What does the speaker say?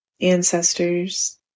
ancestors